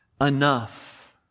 enough